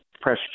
press